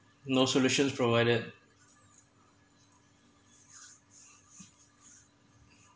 no solutions provided